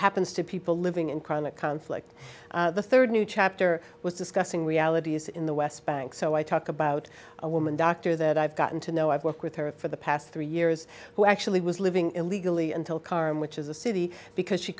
happens to people living in chronic conflict the third new chapter was discussing realities in the west bank so i talk about a woman doctor that i've gotten to know i've worked with her for the past three years who actually was living illegally until carm which is a city because she